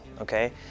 okay